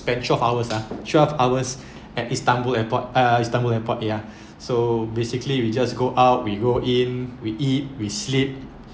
spend twelve hours ah twelve hours at istanbul airport uh istanbul airport ya so basically we just go out we go in we eat we sleep